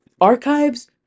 archives